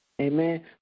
Amen